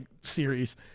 series